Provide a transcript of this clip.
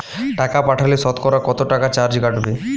টাকা পাঠালে সতকরা কত টাকা চার্জ কাটবে?